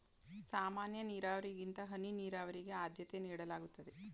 ಸಾಮಾನ್ಯ ನೀರಾವರಿಗಿಂತ ಹನಿ ನೀರಾವರಿಗೆ ಆದ್ಯತೆ ನೀಡಲಾಗುತ್ತದೆ